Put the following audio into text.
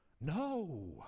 No